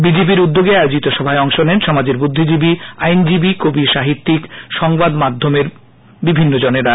বিজেপির উদ্যোগে আয়োজিত সভায় অংশ নেন সমাজের বুদ্ধিজীবী আইনজীবী কবি সাহিত্যিক সংবাদ মাধ্যমের বিভিন্ন জনেরা